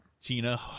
Tina